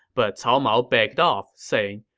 but cao mao begged off, saying,